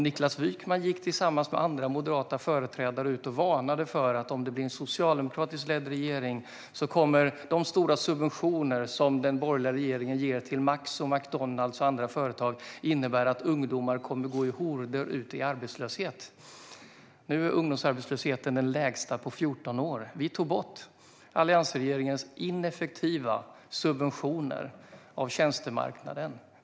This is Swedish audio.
Niklas Wykman gick tillsammans med andra moderata företrädare ut och varnade för att en socialdemokratiskt ledd regering skulle innebära att ungdomar i horder skulle komma att gå ut i arbetslöshet, apropå de stora subventioner som den borgerliga regeringen gav till Max, McDonalds och andra företag. Nu är ungdomsarbetslösheten den lägsta på 14 år. Vi tog bort alliansregeringens ineffektiva subventioner av tjänstemarknaden.